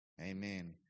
Amen